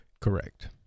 Correct